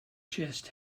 chest